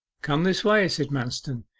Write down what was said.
come this way said manston,